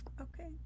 Okay